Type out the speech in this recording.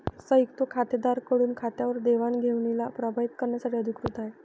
संयुक्त खातेदारा कडून खात्यावर देवाणघेवणीला प्रभावीत करण्यासाठी अधिकृत आहे